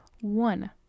One